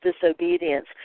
disobedience